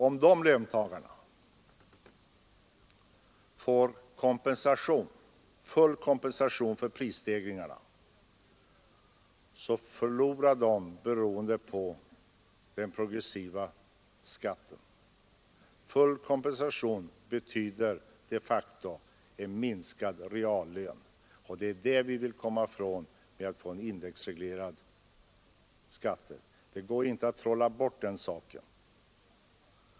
Om dessa löntagare får full kompensation för prisstegringarna förlorar de, beroende på den progressiva skatten. Full kompensation betyder de facto en minskad reallön, och det är detta vi vill komma ifrån genom en indexreglering av skatten. Den här saken går inte att trolla bort.